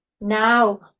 now